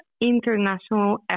international